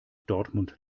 dortmund